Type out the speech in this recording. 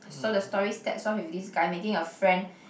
so the story starts off with this guy making a friend